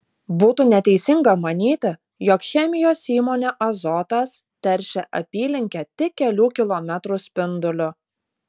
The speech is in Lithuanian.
būtų neteisinga manyti jog chemijos įmonė azotas teršia apylinkę tik kelių kilometrų spinduliu